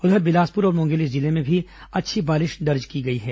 उधर बिलासपुर और मुंगेली जिले में भी अच्छी बारिश दर्ज की गई है